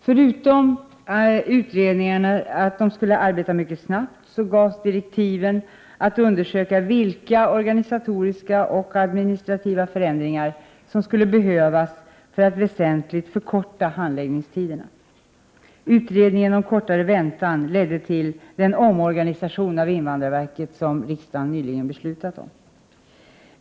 Förutom att utredningarna skulle arbeta mycket snabbt gavs direktiven att undersöka vilka organisatoriska och administrativa förändringar som skulle behövas för att väsentligt förkorta handläggningstiderna. Utredningen om kortare väntan ledde till den omorganisation av invandrarverket som riksdagen nyligen beslutat om.